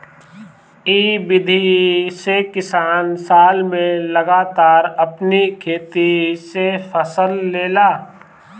इ विधि से किसान साल में लगातार अपनी खेते से फसल लेला